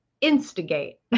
instigate